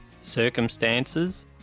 circumstances